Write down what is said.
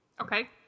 Okay